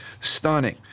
stunning